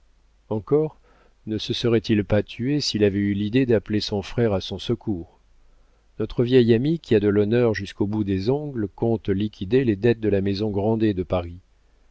encore ne se serait-il pas tué s'il avait eu l'idée d'appeler son frère à son secours notre vieil ami qui a de l'honneur jusqu'au bout des ongles compte liquider les dettes de la maison grandet de paris